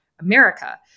America